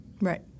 Right